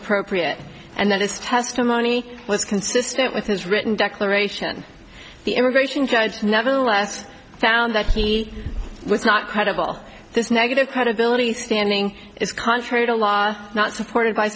appropriate and that his testimony was consistent with his written declaration the immigration judge nevertheless found that he was not credible this negative credibility standing is contrary to law not supported by